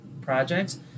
projects